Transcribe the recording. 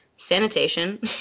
sanitation